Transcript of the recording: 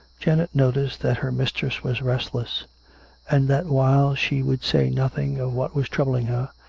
janet noticed that her mistress was restless and that while she would say nothing of what was troubling her,